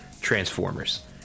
Transformers